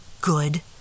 good